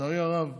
לצערי הרב,